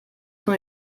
tun